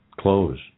close